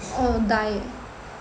err died